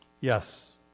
Yes